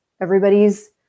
everybody's